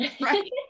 right